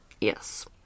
yes